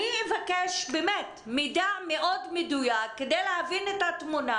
אני אבקש מידע מדויק כדי להבין את התמונה